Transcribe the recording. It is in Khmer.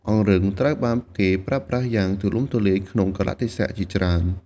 អង្រឹងត្រូវបានគេប្រើប្រាស់យ៉ាងទូលំទូលាយក្នុងកាលៈទេសៈជាច្រើន។